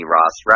Ross